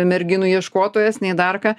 merginų ieškotojas nei dar ką